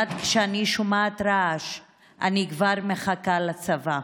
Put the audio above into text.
ומייד כשאני שומעת רעש אני כבר מחכה לצבא.